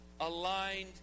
Aligned